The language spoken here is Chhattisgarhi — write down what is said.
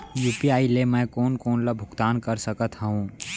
यू.पी.आई ले मैं कोन कोन ला भुगतान कर सकत हओं?